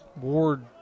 Ward